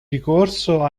ricorso